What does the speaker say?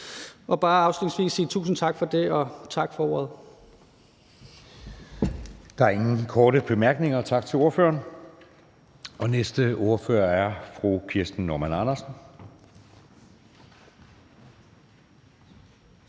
bare afslutningsvis sige tusind tak for det og tak for ordet.